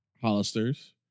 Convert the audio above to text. Hollister's